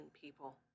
people